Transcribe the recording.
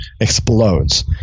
explodes